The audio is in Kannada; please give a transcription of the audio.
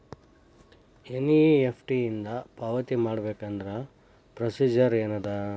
ಎನ್.ಇ.ಎಫ್.ಟಿ ಇಂದ ಪಾವತಿ ಮಾಡಬೇಕಂದ್ರ ಪ್ರೊಸೇಜರ್ ಏನದ